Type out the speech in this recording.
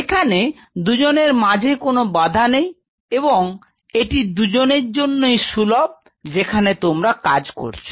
এখানে দুজনের মাঝে কোনো বাধা নেই এবং এটি দুজনের জন্যই সুলভ যেখানে তোমরা কাজ কোরছো